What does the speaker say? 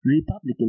Republican